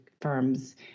firms